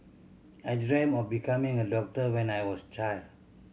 I dreamt of becoming a doctor when I was child